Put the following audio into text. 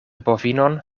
bovinon